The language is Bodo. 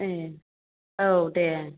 ए औ दे